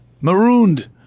marooned